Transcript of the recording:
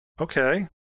Okay